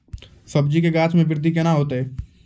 सब्जी के गाछ मे बृद्धि कैना होतै?